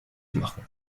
machen